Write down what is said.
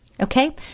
Okay